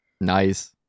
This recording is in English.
Nice